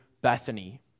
Bethany